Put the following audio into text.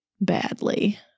badly